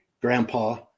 Grandpa